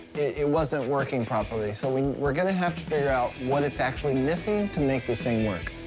it wasn't working properly, so we we're gonna have to figure out what it's actually missing to make this thing work.